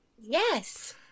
Yes